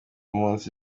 musi